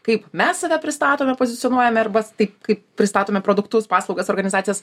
kaip mes save pristatome pozicionuojame arba tai kaip pristatome produktus paslaugas organizacijas